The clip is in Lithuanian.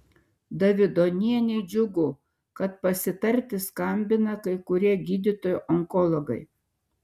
davidonienei džiugu kad pasitarti skambina kai kurie gydytojai onkologai